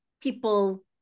people